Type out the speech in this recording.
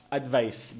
advice